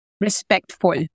respectful